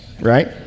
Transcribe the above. right